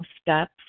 steps